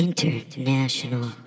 International